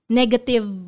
negative